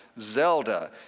Zelda